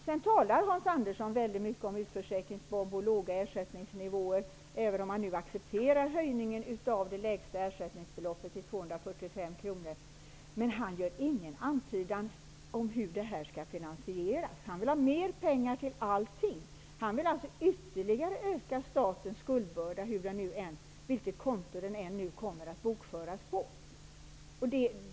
Sedan talar Hans Andersson väldigt mycket om utförsäkringsbomb och låga ersättningsnivåer, även om han nu accepterar höjningen av det lägsta ersättningsbeloppet till 245 kr, men han gör ingen antydan om hur detta skall finansieras. Han vill ha mer pengar till allt. Han vill alltså ytterligare öka statens skuldbörda, vilket konto den än kommer att bokföras på.